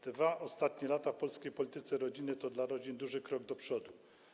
Dwa ostatnie lata w polskiej polityce rodzinnej to dla rodzin duży krok do przodu.